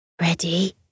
Ready